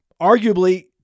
Arguably